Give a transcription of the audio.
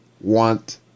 want